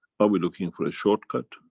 are we looking for a shortcut?